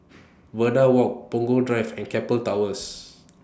Verde Walk Punggol Drive and Keppel Towers